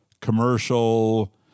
commercial